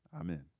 Amen